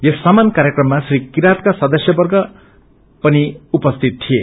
यस सम्मान कार्यक्रममा श्री किरातका सदस्यवर्ग पनि उपस्थित थिए